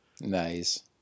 Nice